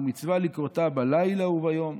ומצוה לקרותה בלילה וביום.